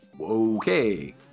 okay